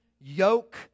yoke